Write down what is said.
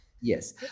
Yes